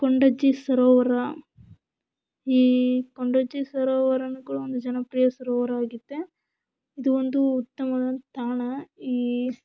ಕೊಂಡಜ್ಜಿ ಸರೋವರ ಈ ಕೊಂಡಜ್ಜಿ ಸರೋವರನೂ ಕೂಡ ಒಂದು ಜನಪ್ರಿಯ ಸರೋವರವಾಗಿದೆ ಇದು ಒಂದು ಉತ್ತಮವಾದ ತಾಣ ಈ